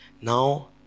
Now